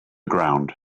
ground